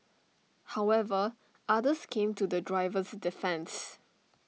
however others came to the driver's defence